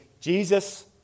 Jesus